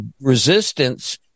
resistance